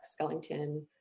Skellington